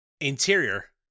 Interior